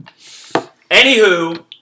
Anywho